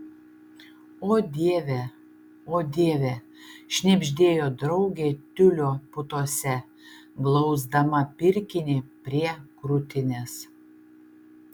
o dieve o dieve šnibždėjo draugė tiulio putose glausdama pirkinį prie krūtinės